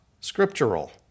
scriptural